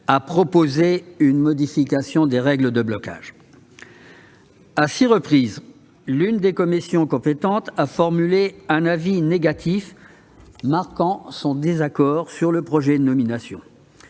à proposer une modification des règles de blocage. À six reprises, l'une des commissions compétentes a formulé un avis négatif, marquant son désaccord sur le projet de nomination.